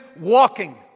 walking